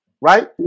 right